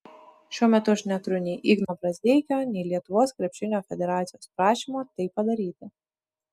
šiuo metu aš neturiu nei igno brazdeikio nei lietuvos krepšinio federacijos prašymo tai padaryti